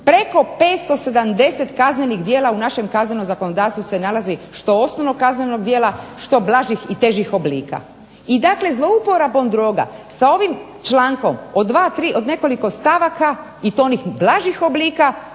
Preko 570 kaznenih djela u našem kaznenom zakonodavstvu se nalazi što osnovnog kaznenog djela što blažih i težih oblika. I dakle, zlouporabom droga sa ovim člankom od dva, tri, od nekoliko stavaka i to onih blažih oblika